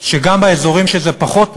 גם באזורים שזה פחות נוח,